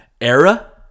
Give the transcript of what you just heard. era